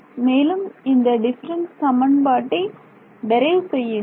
மேலும் இந்த டிஃபரன்ஸ் சமன்பாட்டை டெரைவ் செய்யுங்கள்